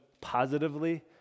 positively